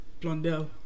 Blondell